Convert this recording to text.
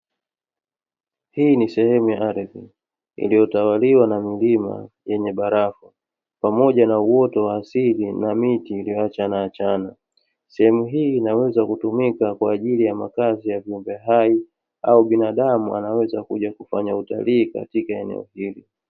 Hii ni sehemu ya ardhi iliyotawaliwa na milima yenye barafu pamoja na uoto wa asili na miti iliyoachana achana, sehemu hii inaweza kutumika kwa ajili ya makazi ya viumbe hai au binadamu wanaweza kuja kufanya utalii katika eneo hili.